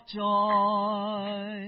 joy